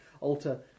alter